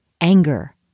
anger